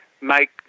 make